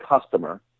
customer